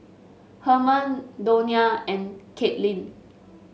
Herman Donia and Kaitlin